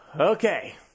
Okay